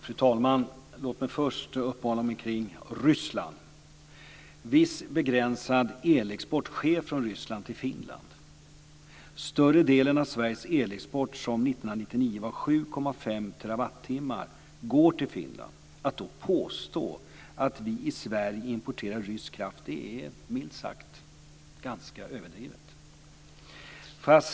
Fru talman! Låt mig först uppehålla mig kring Ryssland. Viss begränsad elexport sker från Ryssland till Finland. Större delen av Sveriges elexport, som 1999 var 7,5 terawatt, går till Finland. Att då påstå att vi i Sverige importerar rysk kraft är milt sagt ganska överdrivet.